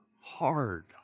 hard